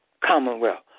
Commonwealth